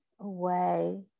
away